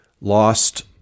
lost